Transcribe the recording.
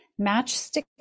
matchstick